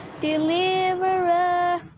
deliverer